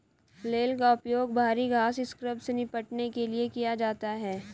flail का उपयोग भारी घास स्क्रब से निपटने के लिए किया जाता है